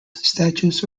statues